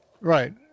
right